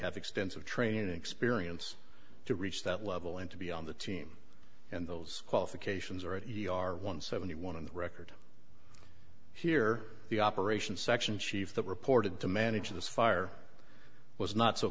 have extensive training experience to reach that level and to be on the team and those qualifications are at yar one seventy one on the record here the operations section chief that reported to manage this fire was not so